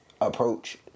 approach